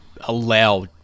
allow